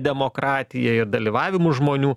demokratija ir dalyvavimu žmonių